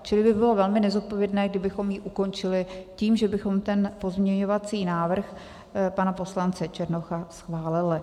Čili by bylo velmi nezodpovědné, kdybychom ji ukončili tím, že bychom pozměňovací návrh pana poslance Černocha schválili.